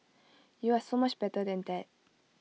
you are so much better than that